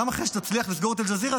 גם אחרי שתצליח לסגור את אל-ג'זירה,